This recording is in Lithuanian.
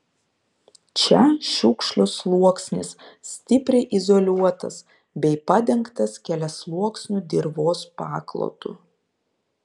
čia šiukšlių sluoksnis stipriai izoliuotas bei padengtas keliasluoksniu dirvos paklotu